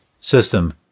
system